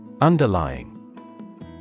Underlying